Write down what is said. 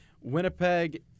Winnipeg